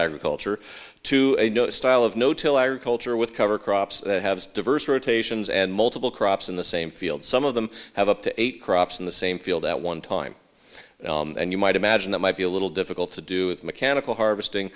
agriculture to a new style of no till agriculture with cover crops that have diverse rotations and multiple crops in the same field some of them have up to eight crops in the same field at one time and you might imagine that might be a little difficult to do with mechanical harvesting